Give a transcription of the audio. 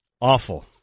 awful